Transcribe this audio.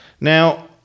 Now